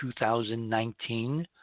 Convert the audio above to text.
2019